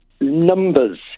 numbers